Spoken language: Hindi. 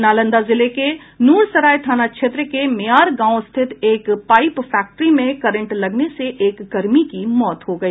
नालंदा जिले के नूरसराय थाना क्षेत्र के मेयार गांव स्थित एक पाइप फैक्ट्री में करंट लगने से एक कर्मी की मौत हो गई